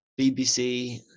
BBC